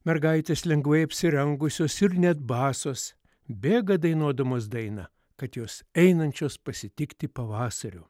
mergaitės lengvai apsirengusios ir net basos bėga dainuodamos dainą kad jos einančios pasitikti pavasario